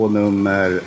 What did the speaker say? nummer